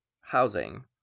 housing